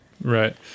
Right